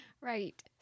Right